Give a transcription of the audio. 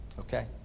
Okay